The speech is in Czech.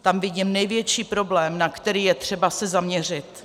Tam vidím největší problém, na který je třeba se zaměřit.